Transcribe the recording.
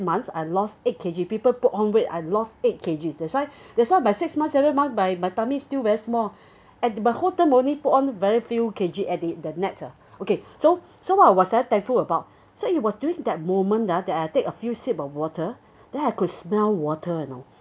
I lost eight K_G people put on weight I lost eight K_G that's why that's why my six months every months my tummy still very small and the whole term only put on very few K_G at the net ah that okay so so what I was thankful about so it was during that moment ah that I take a few sip of water then I could smell water you know